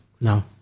No